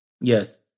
Yes